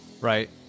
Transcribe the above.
right